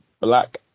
Black